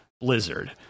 Blizzard